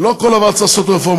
לא בכל דבר צריך לעשות רפורמה,